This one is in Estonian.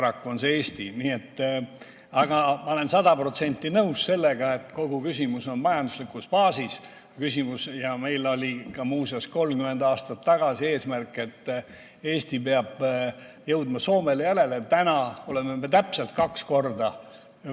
on see Eesti. Nii et ...Aga ma olen sada protsenti nõus sellega, et kogu küsimus on majanduslikus baasis. Meil oli ka muuseas 30 aastat tagasi eesmärk, et Eesti peab jõudma Soomele järele. Täna oleme me täpselt kaks korda